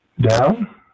Down